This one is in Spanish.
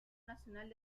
nacional